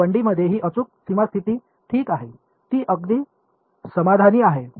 तर 1 डी मध्ये ही अचूक सीमा स्थिती ठीक आहे ती अगदी समाधानी आहे